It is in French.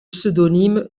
pseudonyme